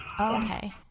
Okay